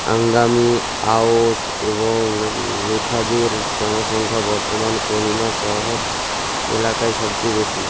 আঙ্গামী আউস এবং লুথাদের জনসংখ্যা বর্তমান কহিমা শহর এলাকায় সবচেয়ে বেশি